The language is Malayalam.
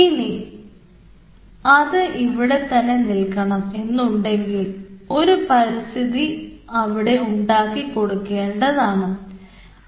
ഇനി അത് അവിടെ തന്നെ നിൽക്കണം എന്നുണ്ടെങ്കിൽ ഒരു പരിസ്ഥിതി അവിടെ ഉണ്ടാക്കി കൊടുക്കേണ്ടത് ആണ്